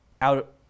out